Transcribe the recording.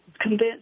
convinced